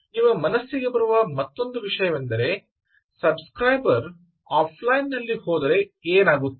ನಿಮ್ಮ ಮನಸ್ಸಿಗೆ ಬರುವ ಮತ್ತೊಂದು ವಿಷಯವೆಂದರೆ ಸಬ್ ಸ್ಕ್ರೈಬರ್ ಆಫ್ಲೈನ್ ನಲ್ಲಿ ಹೋದರೆ ಏನಾಗುತ್ತದೆ